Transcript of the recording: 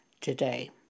today